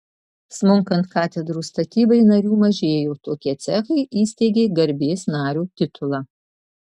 smunkant katedrų statybai narių mažėjo tokie cechai įsteigė garbės nario titulą